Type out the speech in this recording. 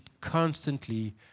constantly